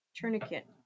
Tourniquet